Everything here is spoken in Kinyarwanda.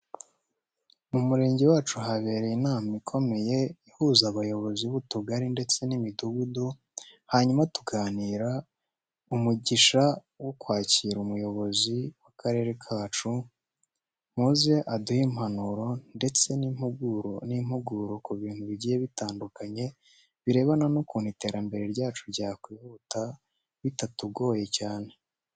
Mu murenge wacu habereye inama ikomeye ihuza abayobozi b'utugari ndetse n'imidugudu, hanyuma tunagira umugisha wo kwakira umuyobozi w'akarere kacu, maze aduha impanuro ndetse n'impuguro ku bintu bigiye bitandukanye birebana n'ukuntu iterambere ryacu ryakwihuta bitatugoye cyane.